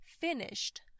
finished